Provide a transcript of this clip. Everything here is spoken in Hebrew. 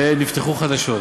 ונפתחו חדשות.